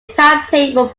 timetable